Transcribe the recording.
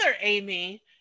Amy